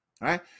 right